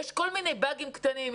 יש כל מיני באגים קטנים.